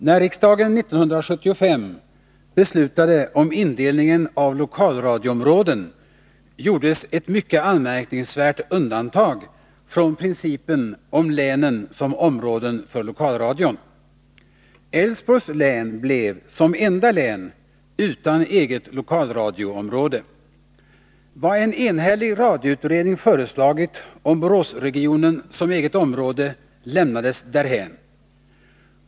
Herr talman! När riksdagen 1975 beslutade om indelningen av lokalradioområden gjordes ett mycket anmärkningsvärt undantag från principen om länen som områden för lokalradion. Älvsborgs län blev som enda län utan eget lokalradioområde. Vad en enhällig radioutredning föreslagit om Boråsregionen som eget område lämnades därhän.